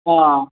آ